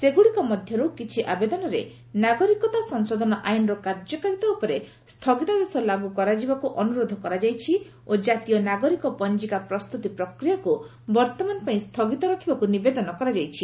ସେଗୁଡ଼ିକ ମଧ୍ୟରୁ କିଛି ଆବେଦନରେ ନାଗରିକ ସଂଶୋଧନ ଆଇନର କାର୍ଯ୍ୟକାରିତା ଉପରେ ସ୍ଥଗିତାଦେଶ ଲାଗୁ କରାଯିବାକୁ ଅନୁରୋଧ କରାଯାଇଛି ଓ ଜାତୀୟ ନାଗରିକ ପଞ୍ଜିକା ପ୍ରସ୍ତୁତି ପ୍ରକ୍ରିୟାକୁ ବର୍ତ୍ତମାନପାଇଁ ସ୍ଥଗିତ ରଖିବାକୁ ନିବେଦନ କରାଯାଇଛି